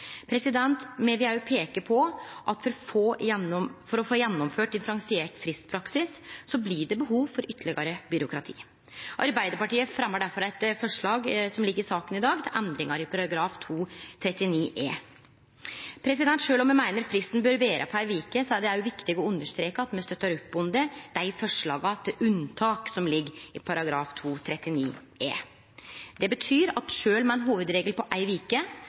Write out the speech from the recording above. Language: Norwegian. Me vil også peike på at for å få gjennomført ein differensiert fristpraksis blir det behov for ytterlegare byråkrati. Arbeidarpartiet fremjar difor eit forslag som ligg i saka i dag, om endringar i § 239 e. Sjølv om me meiner at fristen bør vere på ei veke, er det også viktig å understreke at me støttar opp om dei forslaga til unntak som ligg i § 239 e. Det betyr at sjølv med ein hovudregel på ei